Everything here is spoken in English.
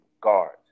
guards